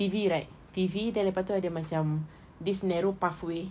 T_V right T_V then lepastu ada macam this narrow pathway